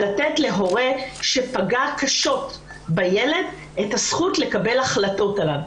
על לתת להורה שפגע קשות בילד את הזכות לקבל החלטות עליו.